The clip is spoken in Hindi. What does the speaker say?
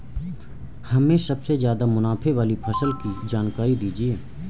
हमें सबसे ज़्यादा मुनाफे वाली फसल की जानकारी दीजिए